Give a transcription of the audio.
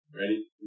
ready